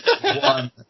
one